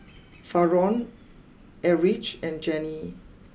Faron Erich and Jenni